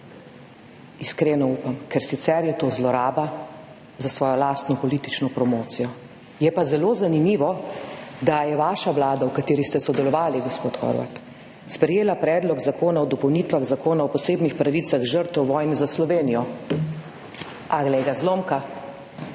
Iskreno upam, ker sicer je to zloraba za svojo lastno politično promocijo. Je pa zelo zanimivo, da je vaša vlada, v kateri ste sodelovali, gospod Horvat, sprejela Predlog zakona o dopolnitvah Zakona o posebnih pravicah žrtev v vojni za Slovenijo, a glej ga, zlomka,